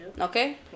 Okay